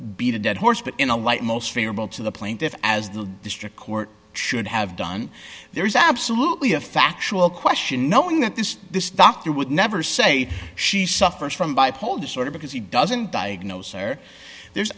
beat a dead horse but in a light most favorable to the plaintiff as the district court should have done there is absolutely a factual question knowing that this this doctor would never say she suffers from bipolar disorder because he doesn't diagnose there there